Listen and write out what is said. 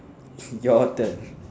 your turn